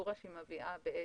פרוצדורה שמביאה לתשלומים,